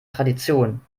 tradition